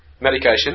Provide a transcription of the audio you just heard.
medication